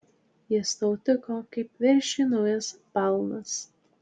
jis tau tiko kaip veršiui naujas balnas